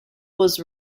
was